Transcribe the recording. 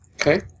Okay